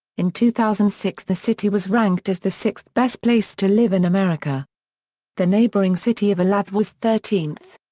in two thousand and six the city was ranked as the sixth best place to live in america the neighboring city of olathe was thirteenth.